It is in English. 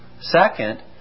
Second